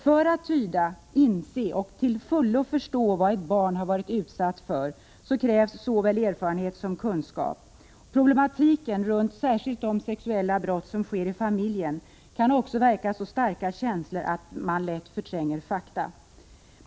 För att tyda, inse och till fullo förstå vad ett barn har varit utsatt för krävs såväl erfarenhet som kunskap. Problematiken beträffande särskilt de sexuella brott som sker i familjen kan också väcka så starka känslor att fakta lätt förträngs.